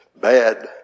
bad